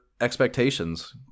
expectations